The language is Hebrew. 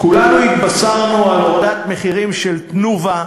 כולנו התבשרנו על הורדת מחירים של "תנובה"